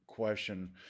question